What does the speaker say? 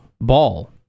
ball